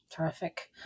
Terrific